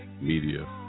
Media